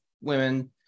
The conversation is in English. women